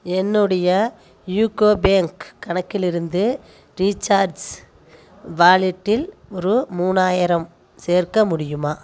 என்னுடைய UCO bank கணக்கில் இருந்து ரீசார்ஜ் வாலெட்டில் ரூபா மூணாயிரம் சேர்க்க முடியுமா